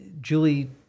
Julie